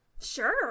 Sure